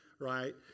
right